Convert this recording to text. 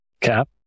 Cap